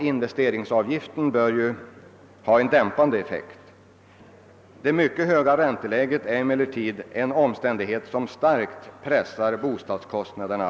Investeringsavgiften bör ha en dämpande effekt, men det mycket höga ränteläget är en omständighet som starkt pressar upp bostadskostnaderna.